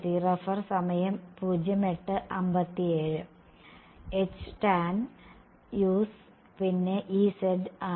H ടാൻ us പിന്നെ E z ആണ്